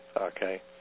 okay